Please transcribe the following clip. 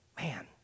man